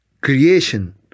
creation